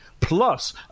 plus